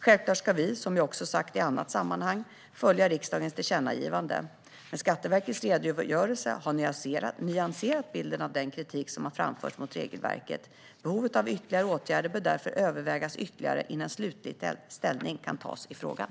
Självklart ska vi, som jag också har sagt i annat sammanhang, följa riksdagens tillkännagivande. Men Skatteverkets redogörelse har nyanserat bilden av den kritik som har framförts mot regelverket. Behovet av ytterligare åtgärder bör därför övervägas ytterligare innan slutlig ställning kan tas i frågan.